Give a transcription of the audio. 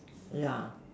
ya